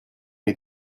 est